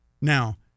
Now